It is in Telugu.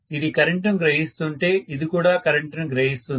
ఇది కరెంటుని గ్రహిస్తుంటే ఇది కూడా కరెంటుని గ్రహిస్తుంది